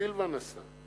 סילבן עשה,